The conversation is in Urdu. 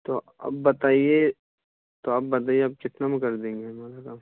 تو اب بتائیے تو اب بتائیے آپ کتنے میں کر دیں گے ہمارا کام